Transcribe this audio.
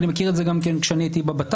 אני מכיר את זה גם כן כאני הייתי בבט"פ.